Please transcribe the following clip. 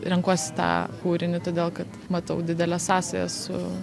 renkuosi tą kūrinį todėl kad matau didelę sąsają su